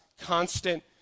constant